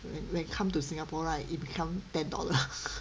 whe~ when come to Singapore right it become ten dollars